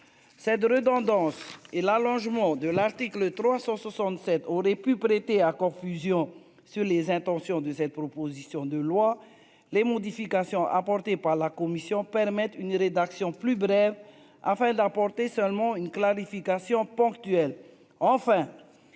cette redondance et l'allongement de l'article 367 aurait pu prêter à confusion sur les intentions de cette proposition de loi les modifications apportées par la commission permettre une rédaction plus brève afin d'apporter seulement une clarification ponctuels,